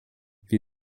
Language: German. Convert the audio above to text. wir